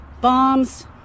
bombs